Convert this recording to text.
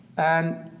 and